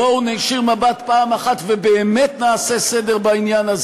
בואו נישיר מבט פעם אחת ובאמת נעשה סדר בעניין.